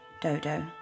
Dodo